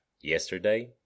yesterday